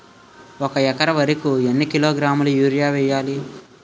ఒక ఎకర వరి కు ఎన్ని కిలోగ్రాముల యూరియా వెయ్యాలి?